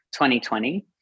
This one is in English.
2020